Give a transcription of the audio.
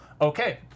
okay